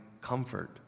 comfort